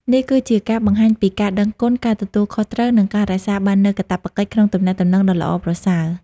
នេះគឺជាការបង្ហាញពីការដឹងគុណ ការទទួលខុសត្រូវ និងការរក្សាបាននូវកាតព្វកិច្ចក្នុងទំនាក់ទំនងដ៏ល្អប្រសើរ។